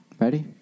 Ready